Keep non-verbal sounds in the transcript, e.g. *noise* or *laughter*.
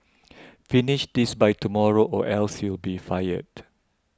*noise* finish this by tomorrow or else you'll be fired